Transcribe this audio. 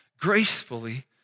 gracefully